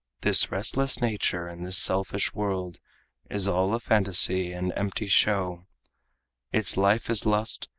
this restless nature and this selfish world is all a phantasy and empty show its life is lust,